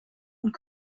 und